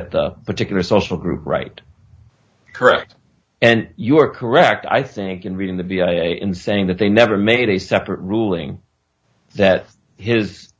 get the particular social group right correct and you were correct i think in reading the b i in saying that they never made a separate ruling that his